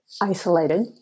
isolated